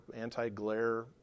anti-glare